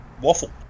Waffle